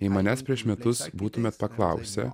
jei manęs prieš metus būtumėt paklausę